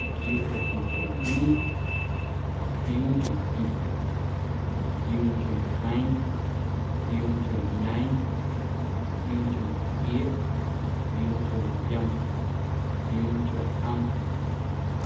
Ntquiuunchonquincho cwii, ntquiuunchonqui, ntquiuuncho ñjeeⁿ, ntquiuuncho ñeeⁿ, ntquiuuncho nequieeꞌ, ntquiuuncho yom, ntquiuuncho ꞌom,